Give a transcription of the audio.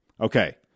Okay